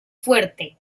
fuerte